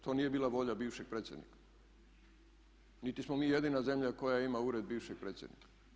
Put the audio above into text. To nije bila volja bivšeg predsjednika niti smo mi jedina zemlja koja ima Ured bivšeg predsjednika.